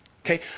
Okay